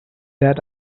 that